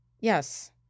Yes